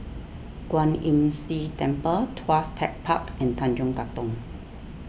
Kwan Imm See Temple Tuas Tech Park and Tanjong Katong